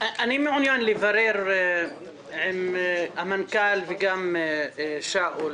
אני מעוניין לברר עם המנכ"ל וגם עם שאול,